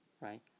Right